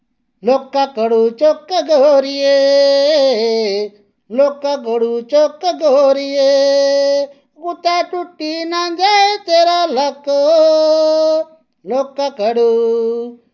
लौह्का घाड़ू चुक्क गोरिये लोह्का घाड़ू चुक गोरिये कुतै टुट्टी ना जाई तेरा लक्क ओ लोह्का घाड़ू